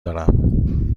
دارم